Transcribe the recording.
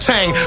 Tang